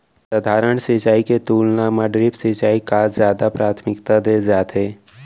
सधारन सिंचाई के तुलना मा ड्रिप सिंचाई का जादा प्राथमिकता दे जाथे